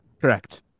Correct